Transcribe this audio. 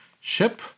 ship